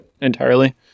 entirely